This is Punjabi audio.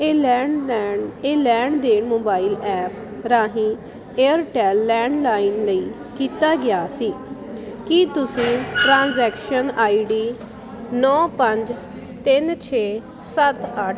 ਇਹ ਲੈਣ ਲੈਣ ਇਹ ਲੈਣ ਦੇਣ ਮੋਬਾਈਲ ਐਪ ਰਾਹੀਂ ਏਅਰਟੈੱਲ ਲੈਂਡਲਾਈਨ ਲਈ ਕੀਤਾ ਗਿਆ ਸੀ ਕੀ ਤੁਸੀਂ ਟ੍ਰਾਂਜੈਕਸ਼ਨ ਆਈਡੀ ਨੌਂ ਪੰਜ ਤਿੰਨ ਛੇ ਸੱਤ ਅੱਠ